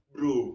Bro